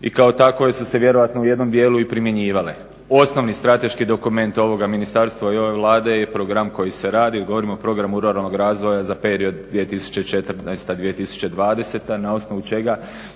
i kao takve su se vjerojatno u jednom dijelu i primjenjivale. Osnovni strateški dokument ovoga ministarstva i ove Vlade je program koji se radi. Govorimo o Programu ruralnog razvoja za period 2014.-2020. na osnovu čega